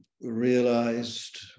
realized